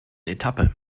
etappe